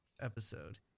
episode